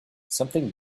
something